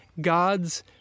God's